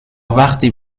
وقتی